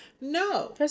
No